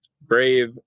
brave